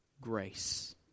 grace